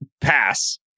Pass